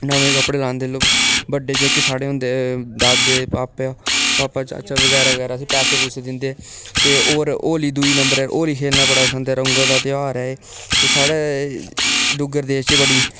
नमें कपड़े लांदे लोग बड्डे जेह्के साढ़े होंदे दादे भापा भापा चाचा बगैरा बगैरा ते पैसे पुसे दिंदे ते होर होली दूई नंबरै पर होली करना बड़ा पसंद ऐ रंगें दा ध्यार ऐ एह् ते साढ़े डुग्गर देश च बड़ी